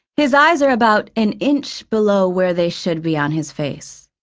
his eyes are about an inch below where they should be on his face,